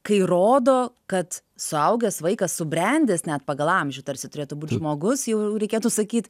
kai rodo kad suaugęs vaikas subrendęs net pagal amžių tarsi turėtų būt žmogus jau reikėtų sakyt